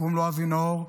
קוראים לו אבי נאור.